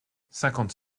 cinquante